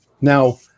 Now